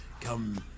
Come